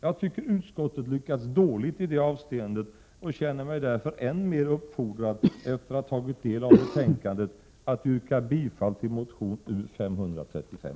Jag tycker utskottet lyckats dåligt i det avseendet och känner mig därför än mer uppfordrad, efter att ha tagit del av betänkandet, att yrka bifall till motion US35.